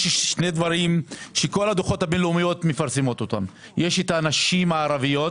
יש שני דברים שכל הדוחות הבין-לאומיים מפרסמים אותם יש הנשים הערביות